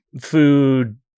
food